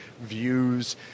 views